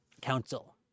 Council